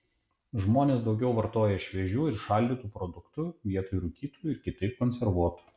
žmonės daugiau vartoja šviežių ir šaldytų produktų vietoj rūkytų ir kitaip konservuotų